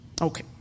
Okay